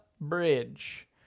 bridge